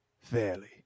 Fairly